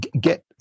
get